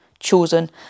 chosen